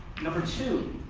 number two,